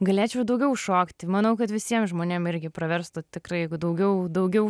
galėčiau ir daugiau šokti manau kad visiem žmonėm irgi praverstų tikrai jeigu daugiau daugiau